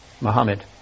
Muhammad